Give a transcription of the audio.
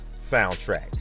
soundtrack